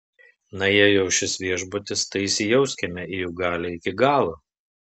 na jei jau šis viešbutis tai įsijauskime į jų galią iki galo